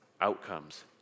outcomes